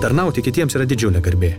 tarnauti kitiems yra didžiulė garbė